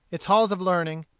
its halls of learning,